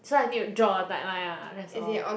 so I need to draw a tightline ah that's all